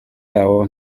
yawo